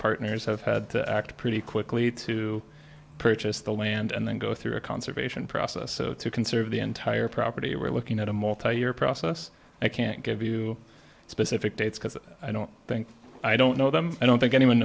partners have had to act pretty quickly to purchase the land and then go through a conservation process to conserve the entire property we're looking at a multi year process i can't give you specific dates because i don't think i don't know them i don't think anyone